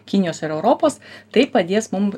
kinijos ir europos tai padės mum